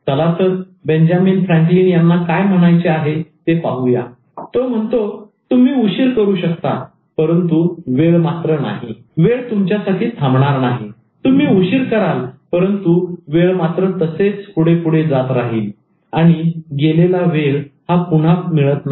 चला तर Benjamin Franklin यांना काय म्हणायचे आहे ते पाहूया तो म्हणतो "तुम्ही उशीर करू शकता परंतु वेळ मात्र नाही वेळ तुमच्यासाठी थांबणार नाही तुम्ही उशीर कराल परंतु वेळ मात्र तसेच पुढे पुढे जात राहिली आणि गेलेला वेळ हा पुन्हा मिळत नाही